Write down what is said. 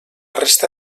resta